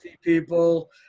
people